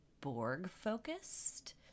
Borg-focused